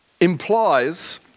implies